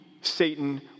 satan